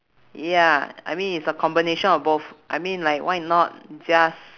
ya I mean it's a combination of both I mean like why not just